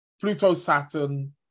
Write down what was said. Pluto-Saturn